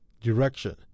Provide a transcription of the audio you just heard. direction